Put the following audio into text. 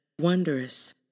wondrous